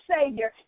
Savior